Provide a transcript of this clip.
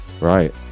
Right